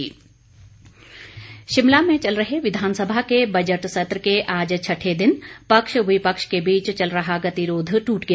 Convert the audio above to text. गतिरोध समाप्त शिमला में चल रहे विधानसभा के बजट सत्र के आज छठे दिन पक्ष विपक्ष के बीच चल रहा गतिरोध ट्रट गया